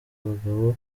bagabo